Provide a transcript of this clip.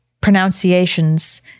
pronunciations